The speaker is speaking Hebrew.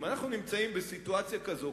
אם אנחנו נמצאים בסיטואציה כזאת,